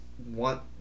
Want